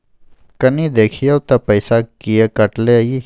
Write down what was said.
कनी देखियौ त पैसा किये कटले इ?